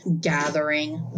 gathering